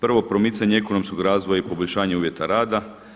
Prvo promicanje ekonomskog razvoja i poboljšanje uvjeta rada.